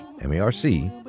M-A-R-C